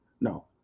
No